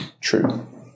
true